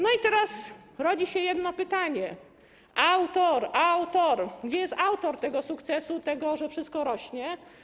No i teraz rodzi się jedno pytanie: Gdzie jest autor tego sukcesu, tego, że wszystko rośnie?